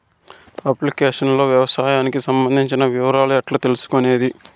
Application లో వ్యవసాయానికి సంబంధించిన వివరాలు ఎట్లా తెలుసుకొనేది?